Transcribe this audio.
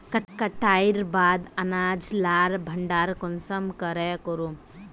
कटाईर बाद अनाज लार भण्डार कुंसम करे करूम?